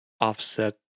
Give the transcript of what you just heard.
offset